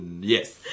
Yes